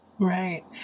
Right